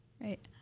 Right